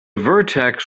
vertex